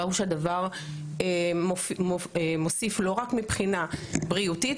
ראו שהדבר מוסיף לא רק מבחינה בריאותית,